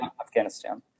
Afghanistan